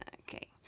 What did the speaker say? okay